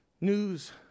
News